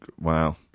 wow